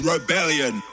Rebellion